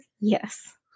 Yes